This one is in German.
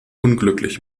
unglücklich